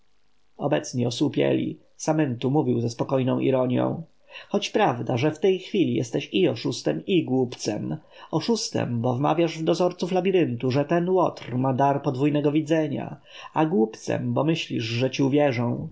obecni osłupieli samentu mówił ze spokojną ironją choć prawda że w tej chwili jesteś i oszustem i głupcem oszustem bo wmawiasz w dozorców labiryntu że ten łotr ma dar podwójnego widzenia a głupcem bo myślisz że ci uwierzą